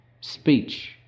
speech